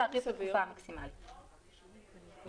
יש